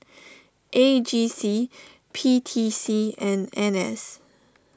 A G C P T C and N S